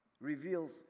reveals